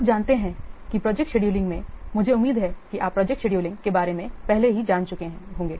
आप जानते हैं कि प्रोजेक्ट शेड्यूलिंग में मुझे उम्मीद है कि आप प्रोजेक्ट शेड्यूलिंग के बारे में पहले ही जान चुके होंगे